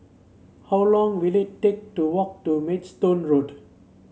how long will it take to walk to Maidstone Road